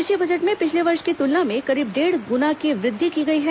कृषि बजट में पिछले वर्ष की तुलना में करीब डेढ़ गुना की वृद्धि की गई है